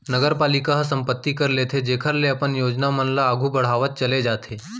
नगरपालिका ह संपत्ति कर लेथे जेखर ले अपन योजना मन ल आघु बड़हावत चले जाथे